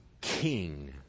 King